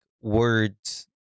words